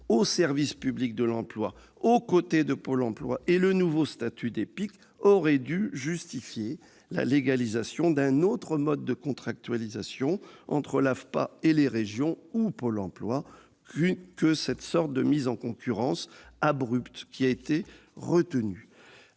au service public de l'emploi, aux côtés de Pôle emploi, et le nouveau statut d'EPIC auraient dû justifier la légalisation d'un autre mode de contractualisation entre l'AFPA et les régions ou Pôle emploi, plutôt que l'espèce de mise en concurrence abrupte qui a été retenue.